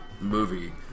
movie